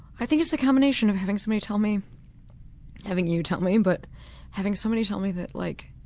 i think it's the combination of having somebody tell me having you tell me but having somebody tell me that like